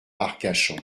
arcachon